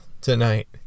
tonight